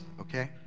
okay